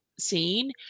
scene